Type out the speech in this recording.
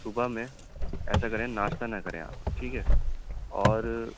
صُبح میں ایسا کریں ناشتہ نہ کریں آپ ٹھیک ہے اور